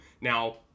now